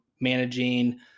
managing